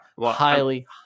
Highly